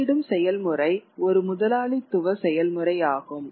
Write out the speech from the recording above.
அச்சிடும் செயல்முறை ஒரு முதலாளித்துவ செயல்முறை ஆகும்